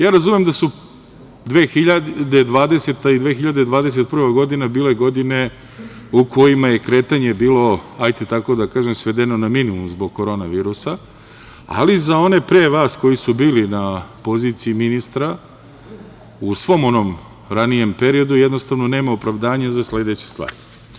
Ja razumem da su 2020. ili 2021. godina bile godine u kojima je kretanje bilo, hajde tako da kažem svedeno na minimum zbog korona virusa, ali za one pre vas koji su bili na poziciji ministra u svom onom ranijem periodu jednostavno nema opravdanje za sledeće stvari.